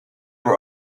were